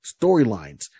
storylines